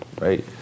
right